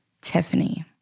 Tiffany